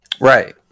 right